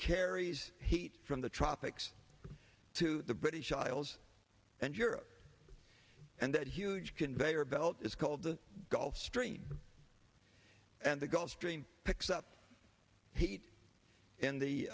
carries heat from the tropics to the british isles and europe and that huge conveyor belt is called the gulf stream and the gulf stream picks up heat